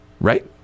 right